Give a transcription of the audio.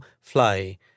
fly